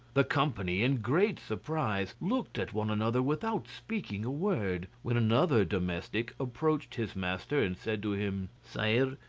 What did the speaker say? the company in great surprise looked at one another without speaking a word, when another domestic approached his master and said to him sire,